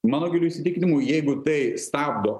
mano giliu įsitikinimu jeigu tai stabdo